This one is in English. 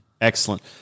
Excellent